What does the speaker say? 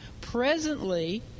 presently